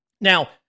Now